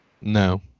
No